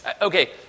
Okay